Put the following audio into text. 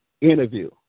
interview